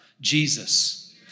Jesus